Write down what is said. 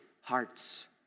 hearts